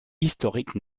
historique